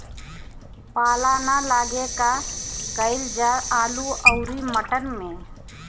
पाला न लागे का कयिल जा आलू औरी मटर मैं?